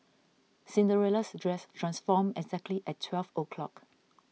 Cinderella's dress transformed exactly at twelve o'clock